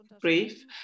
brief